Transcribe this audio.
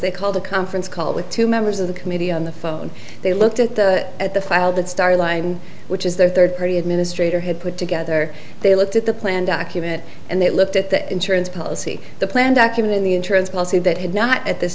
they called a conference call with two members of the committee on the phone they looked at the at the file that star line which is their third party administrator had put together they looked at the plan document and they looked at the insurance policy the plan documenting the insurance policy that had not at this